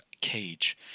cage